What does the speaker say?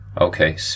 Okay